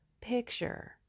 picture